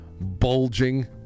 bulging